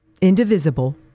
indivisible